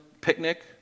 picnic